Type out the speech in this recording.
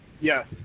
Yes